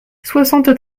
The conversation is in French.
soixante